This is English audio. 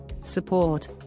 support